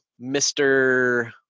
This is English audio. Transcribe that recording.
Mr